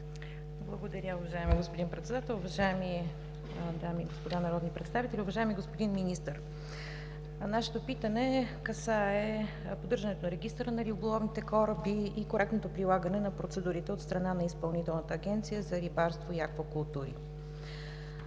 Благодаря, уважаеми господин Председател. Уважаеми дами и господа народни представители! Уважаеми господин Министър, нашето питане касае поддържането на Регистъра на риболовните кораби и коректното прилагане на процедурите от страна на Изпълнителната агенция за рибарство и аквакултури.